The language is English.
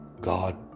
God